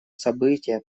событие